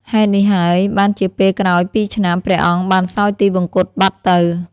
ហេតុនេះហើយ បានជាពេលក្រោយពីរឆ្នាំ ព្រះអង្គបានសោយទិវង្គតបាត់ទៅ។